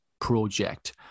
Project